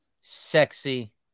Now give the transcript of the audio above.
sexy